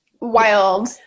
wild